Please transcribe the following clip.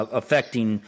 affecting